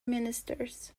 ministers